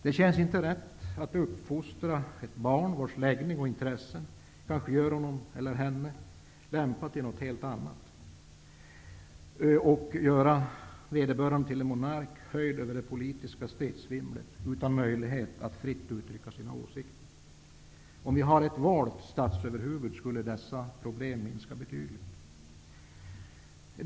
Det känns inte rätt att uppfostra ett barn, vars läggning och intressen kanske gör honom eller henne lämpad till något helt annat, till en monark höjd över det politiska stridsvimlet, utan möjlighet att fritt uttrycka sina åsikter. Om vi hade ett valt statsöverhuvud skulle dessa problem minska betydligt.